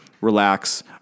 relax